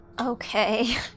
Okay